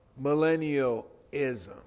millennialism